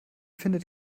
findet